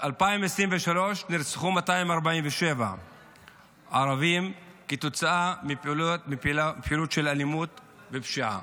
ב-2023 נרצחו 247 ערבים כתוצאה מפעילות של אלימות ופשיעה.